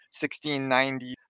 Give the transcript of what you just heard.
1690